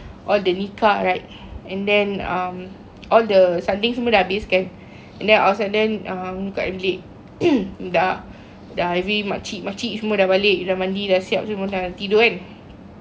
all the nikah right and then um all the sanding semua dah habis kan and then outside then um kat dalam bilik dah makcik-makcik semua dah balik dah mandi dah siap semua nak tidur kan